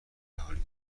حالی